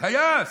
טייס,